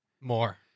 More